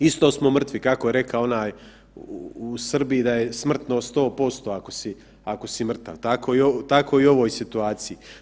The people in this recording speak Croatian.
Isto smo mrtvi, kako je rekao onaj u Srbiji da je smrtnost 100% ako si mrtav tako i u ovoj situaciji.